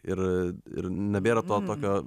ir ir nebėra to tokio